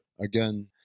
Again